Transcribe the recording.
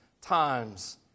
times